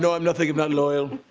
know i'm nothing if not loyal.